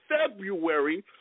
February